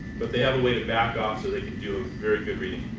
but they have a way to back off so that you can do very good reading.